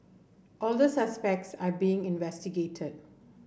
all the suspects are being investigated